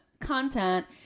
content